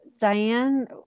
Diane